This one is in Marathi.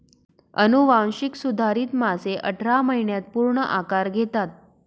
अनुवांशिक सुधारित मासे अठरा महिन्यांत पूर्ण आकार घेतात